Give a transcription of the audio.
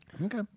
Okay